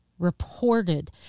reported